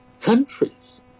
countries